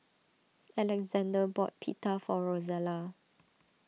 Alexander bought Pita for Rosella